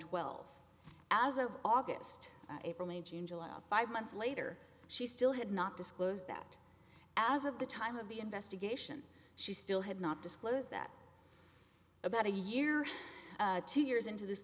twelve as of august april may june july five months later she still had not disclosed that as of the time of the investigation she still had not disclose that about a year or two years into this